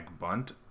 bunt